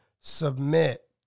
Submit